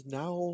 now